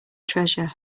treasure